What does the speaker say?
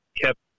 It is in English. kept